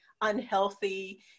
unhealthy